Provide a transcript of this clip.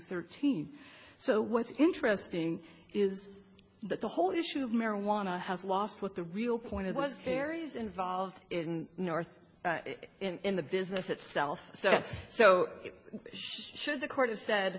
thirteen so what's interesting is that the whole issue of marijuana has lost what the real point it was harry's involved in north in the business itself so yes so should the court has said